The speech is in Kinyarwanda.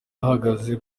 ahagaze